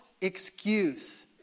excuse